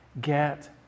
get